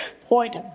Point